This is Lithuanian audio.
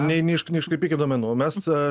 ne neiškaripykt duomenų mes